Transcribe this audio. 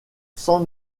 sans